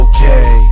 Okay